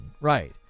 right